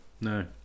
No